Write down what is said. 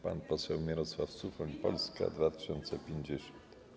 Pan poseł Mirosław Suchoń, Polska 2050.